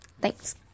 thanks